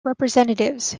representatives